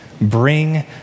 bring